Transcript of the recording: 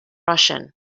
russian